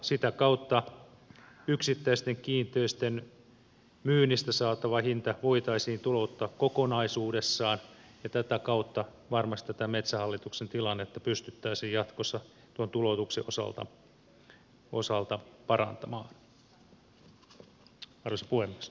sitä kautta yksittäisten kiinteistöjen myynnistä saatava hinta voitaisiin tulouttaa kokonaisuudessaan ja tätä kautta varmasti tätä metsähallituksen tilannetta pystyttäisiin jatkossa tuon tuloutuksen osalta parantamaan arvoisa puhemies